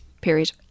period